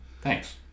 Thanks